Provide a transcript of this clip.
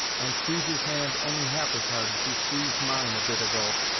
and squeeze his hand only half as hard as you squeezed mine a bit ago,